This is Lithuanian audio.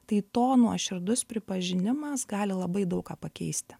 tai to nuoširdus pripažinimas gali labai daug ką pakeisti